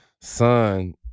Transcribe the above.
son